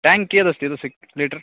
tank कियदस्ति तस्य litre